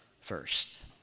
first